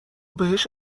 بهش